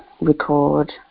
record